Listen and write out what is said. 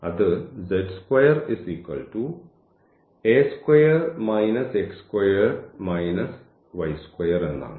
അത് എന്നാണ്